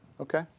Okay